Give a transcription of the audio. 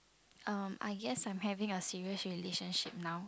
um I guess I'm having a serious relationship now